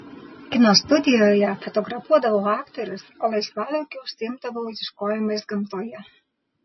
kino studijoje fotografuodavau aktorius o laisvalaikiu užsiimdavau ieškojimais gamtoje